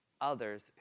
others